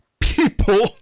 People